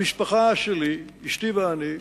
המשפחה שלי, אשתי ואני,